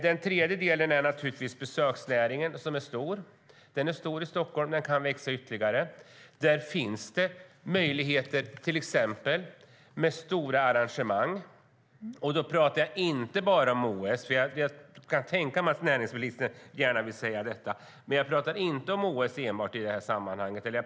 Det tredje är naturligtvis besöksnäringen. Den är stor i Stockholm, och den kan växa ytterligare. Där finns till exempel möjligheter med stora arrangemang, och då talar jag inte bara om OS. Jag kan tänka mig att näringsministern gärna vill säga det, men jag talar inte om OS och VM i det här sammanhanget.